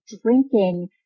drinking